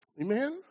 amen